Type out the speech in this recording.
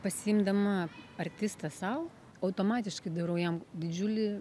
pasiimdama artistą sau automatiškai darau jam didžiulį